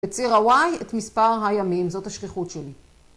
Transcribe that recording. בציר הY את מספר הימים, זאת השכיחות שלי